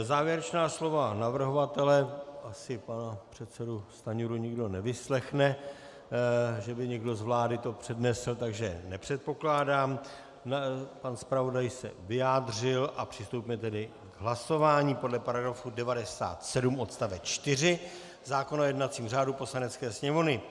Závěrečná slova navrhovatele, asi pana předsedu Stanjuru nikdo nevyslechne, že by někdo z vlády to přednesl, nepředpokládám, pan zpravodaj se vyjádřil a přistoupíme tedy k hlasování podle § 97 odst. 4 zákona o jednacím řádu Poslanecké sněmovny.